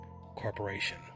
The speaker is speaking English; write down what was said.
Corporation